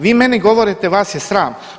Vi meni govorite vas je sram.